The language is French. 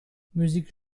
musique